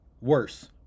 worse